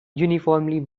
uniformly